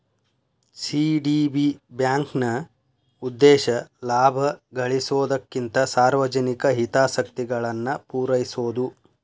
CDB ಬ್ಯಾಂಕ್ನ ಉದ್ದೇಶ ಲಾಭ ಗಳಿಸೊದಕ್ಕಿಂತ ಸಾರ್ವಜನಿಕ ಹಿತಾಸಕ್ತಿಗಳನ್ನ ಪೂರೈಸೊದು